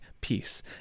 peace